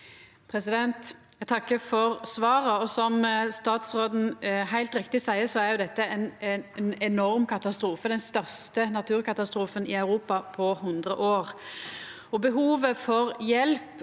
Eg takkar for svaret. Som statsråden heilt riktig seier, er dette ein enorm katastrofe – den største naturkatastrofen i Europa på 100 år. Behovet for hjelp